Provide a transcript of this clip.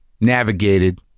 navigated